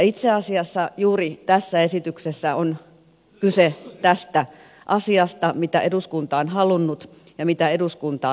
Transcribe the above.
itse asiassa juuri tässä esityksessä on kyse tästä asiasta mitä eduskunta on halunnut ja mitä eduskunta on edellyttänyt